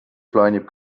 plaanib